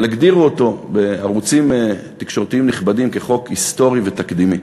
אבל הגדירו אותו בערוצים תקשורתיים נכבדים כחוק היסטורי ותקדימי.